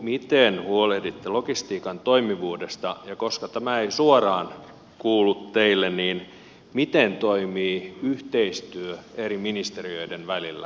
miten huolehditte logistiikan toimivuudesta ja koska tämä ei suoraan kuulu teille niin miten toimii yhteistyö eri ministeriöiden välillä